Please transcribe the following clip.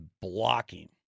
blocking